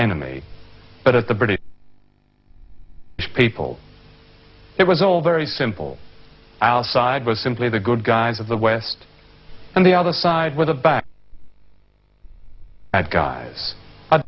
enemy but at the british people it was all very simple our side was simply the good guys of the west and the other side where the back and guys